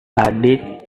adik